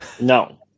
No